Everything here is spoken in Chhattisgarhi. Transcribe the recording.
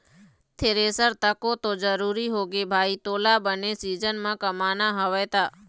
थेरेसर तको तो जरुरी होगे भाई तोला बने सीजन म कमाना हवय त